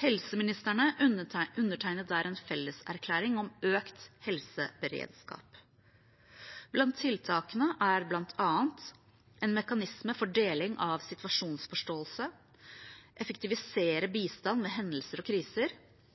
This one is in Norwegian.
Helseministrene undertegnet der en felleserklæring om økt helseberedskap. Blant tiltakene er bl.a. en mekanisme for deling av situasjonsforståelse, effektivisere bistand ved hendelser og kriser